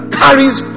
carries